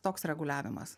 toks reguliavimas